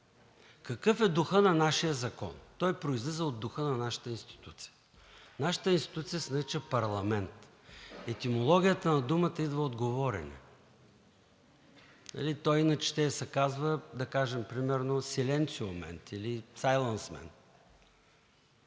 Какъв е духът на нашия закон? Той произлиза от духа на нашата институция. Нашата институция се нарича парламент. Етимологията на думата идва от говорене. То иначе щеше да се казва, да кажем, примерно Silentioment или Silencement.